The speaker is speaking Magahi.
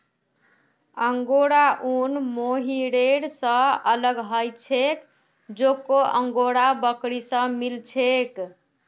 अंगोरा ऊन मोहैर स अलग ह छेक जेको अंगोरा बकरी स मिल छेक